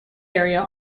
area